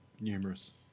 numerous